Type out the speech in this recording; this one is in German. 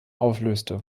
auflöste